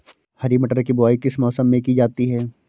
हरी मटर की बुवाई किस मौसम में की जाती है?